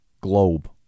globe